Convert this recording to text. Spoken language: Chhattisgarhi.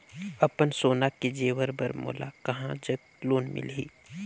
अपन सोना के जेवर पर मोला कहां जग लोन मिलही?